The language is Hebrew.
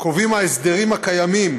קובעים ההסדרים הקיימים